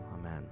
Amen